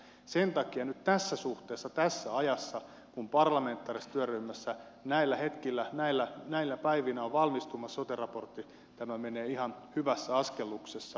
sen takia nyt tässä suhteessa tässä ajassa kun parlamentaarisessa työryhmässä näillä hetkillä näinä päivinä on valmistumassa sote raportti tämä menee ihan hyvässä askelluksessa